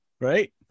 right